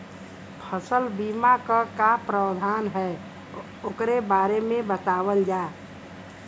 फसल बीमा क का प्रावधान हैं वोकरे बारे में बतावल जा?